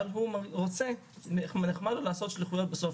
אבל הוא רוצה ונחמד לו לעשות שליחויות בסוף